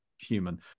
human